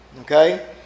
okay